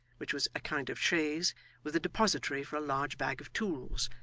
which was a kind of chaise with a depository for a large bag of tools,